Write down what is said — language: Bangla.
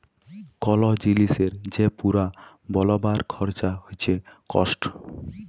কল জিলিসের যে পুরা বলবার খরচা হচ্যে কস্ট